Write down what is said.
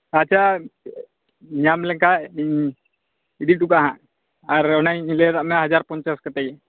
ᱟᱪᱪᱷᱟ ᱧᱟᱢ ᱞᱮᱱᱠᱷᱟᱡ ᱤᱧ ᱤᱫᱤ ᱦᱚᱴᱚ ᱠᱟᱜᱼᱟ ᱦᱟᱸᱜ ᱟᱨ ᱚᱱᱮᱧ ᱤᱭᱟᱹ ᱠᱟᱜ ᱢᱮ ᱦᱟᱡᱟᱨ ᱯᱚᱧᱪᱟᱥ ᱠᱟᱛᱮ